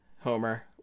homer